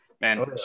man